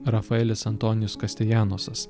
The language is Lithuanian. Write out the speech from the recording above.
rafaelis antonijus kastijanosas